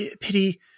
pity